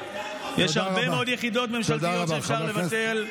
יש הרבה מאוד יחידות ממשלתיות שאפשר לבטל.